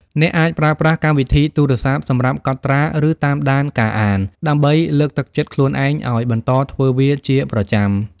អ្នកអាចប្រើប្រាស់កម្មវិធីទូរស័ព្ទសម្រាប់កត់ត្រា ឬតាមដានការអាន ដើម្បីលើកទឹកចិត្តខ្លួនឯងឱ្យបន្តធ្វើវាជាប្រចាំ។